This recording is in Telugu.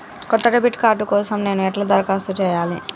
కొత్త డెబిట్ కార్డ్ కోసం నేను ఎట్లా దరఖాస్తు చేయాలి?